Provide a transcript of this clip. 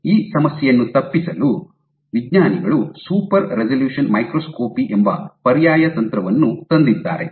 ಈ ಸಮಸ್ಯೆಯನ್ನು ತಪ್ಪಿಸಲು ವಿಜ್ಞಾನಿಗಳು ಸೂಪರ್ ರೆಸಲ್ಯೂಶನ್ ಮೈಕ್ರೋಸ್ಕೋಪಿ ಎಂಬ ಪರ್ಯಾಯ ತಂತ್ರವನ್ನು ತಂದಿದ್ದಾರೆ